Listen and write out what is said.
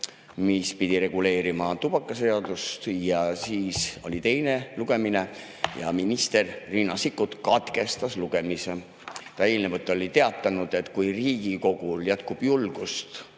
mis pidi reguleerima tubakaseadust, ja siis oli teine lugemine. Ja minister Riina Sikkut katkestas lugemise. Ta oli eelnevalt teatanud, et kui Riigikogul jätkub julgust